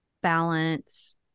balance